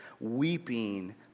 weeping